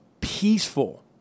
peaceful